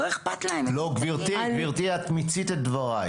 את יודעת כמה ב-2022-2023?